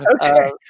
Okay